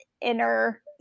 inner